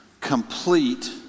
complete